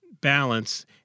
balance